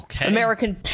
American